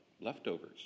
leftovers